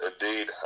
Indeed